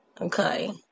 Okay